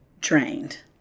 drained